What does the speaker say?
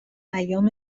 ایام